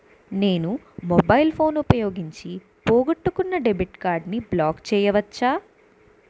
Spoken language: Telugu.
నేను మొబైల్ ఫోన్ ఉపయోగించి పోగొట్టుకున్న డెబిట్ కార్డ్ని బ్లాక్ చేయవచ్చా?